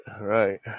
right